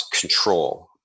control